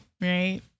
Right